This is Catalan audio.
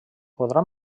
podrà